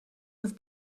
with